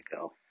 go